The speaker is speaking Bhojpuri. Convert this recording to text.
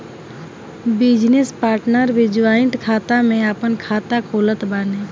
बिजनेस पार्टनर भी जॉइंट खाता में आपन खाता खोलत बाने